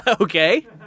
Okay